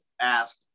ask